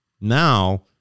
Now